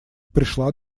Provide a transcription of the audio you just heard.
пришла